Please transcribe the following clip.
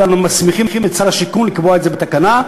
אלא אנחנו מסמיכים את שר השיכון לקבוע את זה בתקנה.